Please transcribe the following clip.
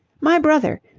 my brother.